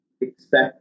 expect